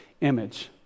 image